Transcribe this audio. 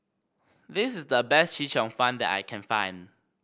this is the best Chee Cheong Fun that I can find